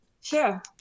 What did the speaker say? Sure